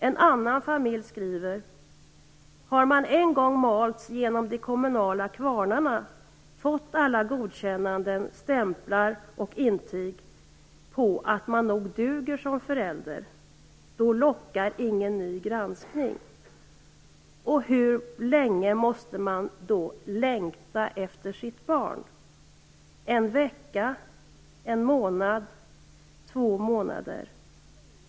En annan familj skriver: Har man en gång malts genom de kommunala kvarnarna, fått alla godkännanden, stämplar och intyg på att man nog duger som förälder, lockar ingen ny granskning. Hur länge måste man då längta efter sitt barn? En vecka, en månad eller två månader?